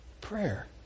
Prayer